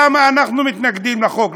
למה אנחנו מתנגדים לחוק,